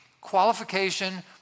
qualification